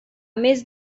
més